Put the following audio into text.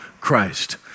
Christ